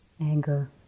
anger